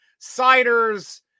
ciders